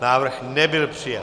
Návrh nebyl přijat.